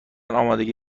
آمادگی